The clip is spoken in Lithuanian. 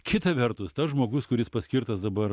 kita vertus tas žmogus kuris paskirtas dabar